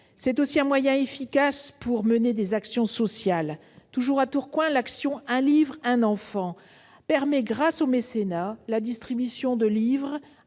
C'est aussi un moyen efficace pour mener des actions sociales. Toujours à Tourcoing, l'action « 1 livre, 1 enfant » permet, grâce au mécénat, la distribution de livres